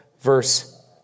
verse